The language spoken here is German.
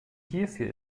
hierfür